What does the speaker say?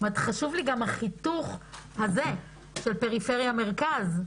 חשוב לי גם החיתוך הזה של פריפריה-מרכז.